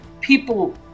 people